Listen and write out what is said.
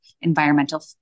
environmental